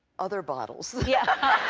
other bottles. yeah